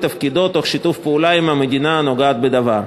תפקידו מתוך שיתוף פעולה עם המדינה הנוגעת בדבר.